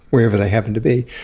wherever they happen to be.